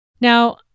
Now